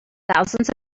thousands